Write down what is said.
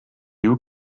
you